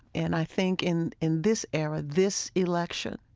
and i think in in this era, this election,